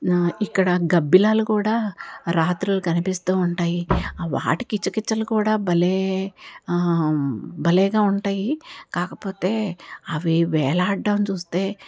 ఇక్కడ గబ్బిలాలు కూడా రాత్రులు కనిపిస్తూ ఉంటాయి వాటి కిచకిచలు కూడా భలే భలేగా ఉంటాయి కాకపోతే అవి వేల్లాడ్డం చూస్తే